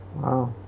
Wow